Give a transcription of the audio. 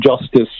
justice